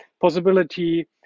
Possibility